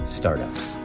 startups